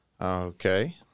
Okay